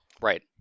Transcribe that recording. Right